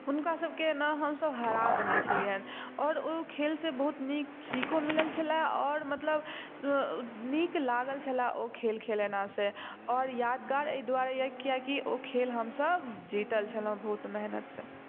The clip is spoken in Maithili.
हुनका सबकेँ ने हम सब हरा देने छलियनि आओर ओ खेल से बहुत नीक सीखो मिलल छलय आओर मतलब नीक लागल छलए ओ खेल खेलेलासँ आओर यादगार एहि दुआरे अइ कियाकि ओ खेल हमसब जीतल छलहुॅं बहुत मेहनतसँ